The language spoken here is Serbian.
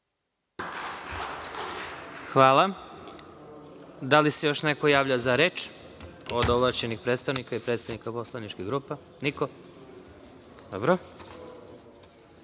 Da li se još neko javlja za reč od ovlašćenih predstavnika i predsednika poslaničkih grupa? Niko. Idemo